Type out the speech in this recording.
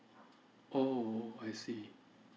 oh I see